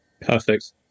Perfect